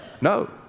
No